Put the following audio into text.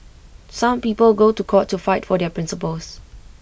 some people go to court to fight for their principles